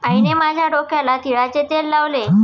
आईने माझ्या डोक्याला तिळाचे तेल लावले